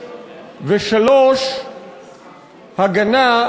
3. הגנה,